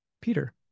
Peter